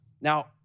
Now